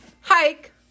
Hike